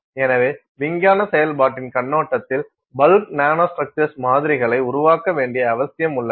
எனவே விஞ்ஞான செயல்பாட்டின் கண்ணோட்டத்தில் பல்க் நானோ ஸ்ட்ரக்சர்ஸ் மாதிரிகளை உருவாக்க வேண்டிய அவசியம் உள்ளது